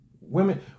women